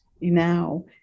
now